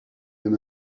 him